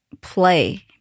play